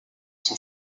son